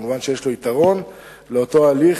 מובן שיש לו יתרון, לאותו הליך,